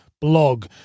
blog